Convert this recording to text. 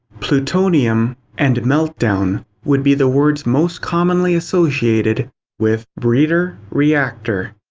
plutonium and meltdown would be the words most commonly associated with breeder reactor.